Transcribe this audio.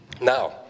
Now